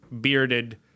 bearded